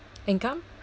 income